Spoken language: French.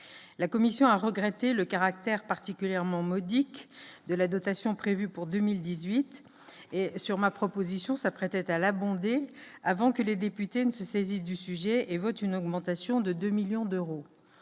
la commission a regretté le caractère particulièrement modique de la dotation prévue pour 2018 et sur ma proposition, s'apprêtait à la avant que les députés ne se saisisse du sujet et votent une augmentation de 2 millions d'euros